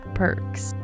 perks